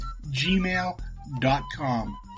gmail.com